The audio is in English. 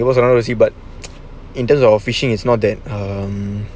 singapore is surrounded by the sea but in terms of fishing is not that um